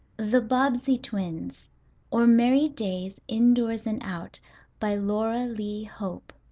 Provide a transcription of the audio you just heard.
the bobbsey twins or merry days indoors and out by laura lee hope